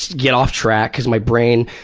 get off track because my brain,